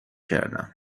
کردم